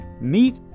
meet